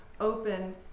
open